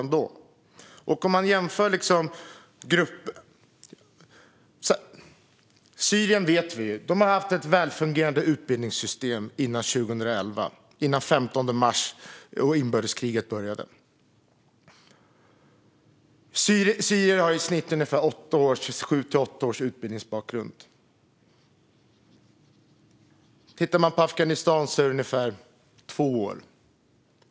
Vi vet att man i Syrien har haft ett välfungerande utbildningssystem innan händelserna den 15 mars 2011 och inbördeskriget började. Syrier har i snitt 7-8 års utbildningsbakgrund. De som kommer från Afghanistan har ungefär 2 år.